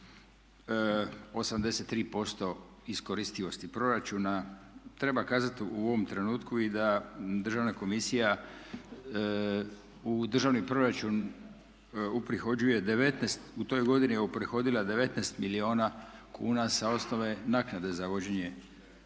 83% iskoristivosti proračuna. Treba kazat i u ovom trenutku da Državna komisija u državni proračun uprihođuje 19, u toj godini je uprihodila 19 milijuna kuna sa osnove naknade za vođenje